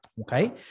Okay